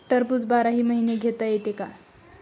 टरबूज बाराही महिने घेता येते का?